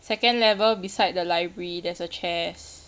second level beside the library there's a chest